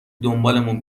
دنبالمون